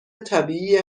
طبیعیه